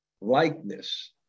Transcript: likeness